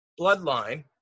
bloodline